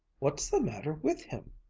what's the matter with him?